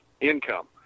income